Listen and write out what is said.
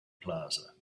plaza